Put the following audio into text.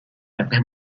artes